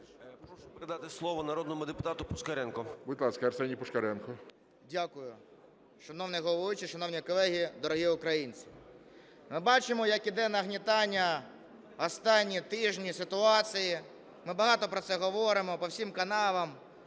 Дякую. Шановний головуючий, шановні колеги, дорогі українці! Ми бачимо, як іде нагнітання останні тижні ситуації, ми багато про це говоримо по всім каналам,